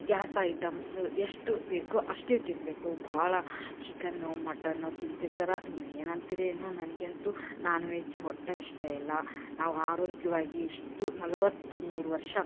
gas items ಎಷ್ಟು ಬೇಕೋ ಅಷ್ಟೇ ತಿನ್ನಬೇಕು ಭಾಳ ಚಿಕನ್ನು ಮಟನ್ನು ತಿಂತಿರ್ತಾರೆ ನೀವು ಏನು ಅಂತೀರೇನೋ ನನಗಂತು ನಾನ್ವೆಜ್ಜು ಒಟ್ಟು ಇಷ್ಟ ಇಲ್ಲ ನಾವು ಆರೋಗ್ಯವಾಗಿ ಇಷ್ಟು ನಲ್ವತ್ತು ಮೂರು ವರ್ಷ